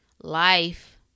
life